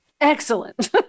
Excellent